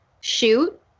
shoot